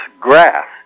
grass